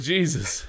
Jesus